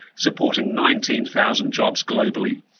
supporting nineteen thousand jobs globally.